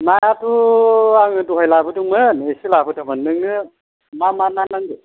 नायाथ' आङो दहाय लाबोदोंमोन एसे लाबोदोंमोन नोंनो मा मा ना नांगौ